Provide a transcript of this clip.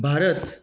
Bharat